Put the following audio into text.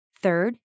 Third